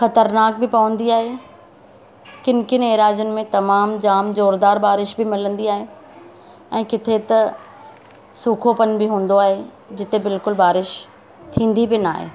ख़तरनाक बि पवंदी आहे किनि किनि एराज़ियुनि में तमामु जामु जोरदारु बारिश बि मिलंदी आहे ऐं किथे त सुखोपन बि हूंदो आहे जिते बिल्कुलु बारिश थींदी बि नाहे